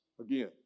Again